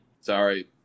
Sorry